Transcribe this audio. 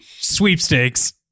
Sweepstakes